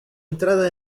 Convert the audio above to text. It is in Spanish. entrada